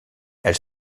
elle